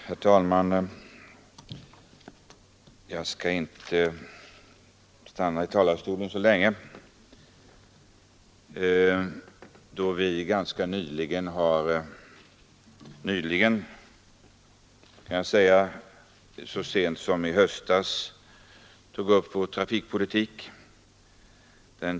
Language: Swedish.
Herr talman! Jag skall inte stanna i talarstolen så länge, då vi så sent som i höstas, den 29 november, tog upp trafikpolitiken.